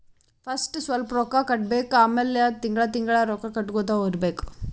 first ಸ್ವಲ್ಪ್ ರೊಕ್ಕಾ ಕಟ್ಟಬೇಕ್ ಆಮ್ಯಾಲ ತಿಂಗಳಾ ತಿಂಗಳಾ ರೊಕ್ಕಾ ಕಟ್ಟಗೊತ್ತಾ ಇರ್ಬೇಕ್